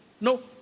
No